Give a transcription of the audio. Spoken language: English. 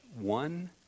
one